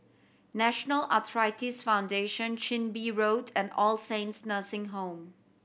National Arthritis Foundation Chin Bee Road and All Saints Nursing Home